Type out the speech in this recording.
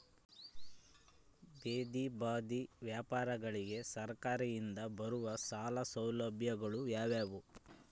ಬೇದಿ ಬದಿ ವ್ಯಾಪಾರಗಳಿಗೆ ಸರಕಾರದಿಂದ ಬರುವ ಸಾಲ ಸೌಲಭ್ಯಗಳು ಯಾವುವು?